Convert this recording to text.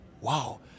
wow